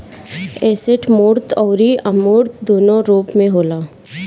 asset मूर्त अउरी अमूर्त दूनो रूप में होला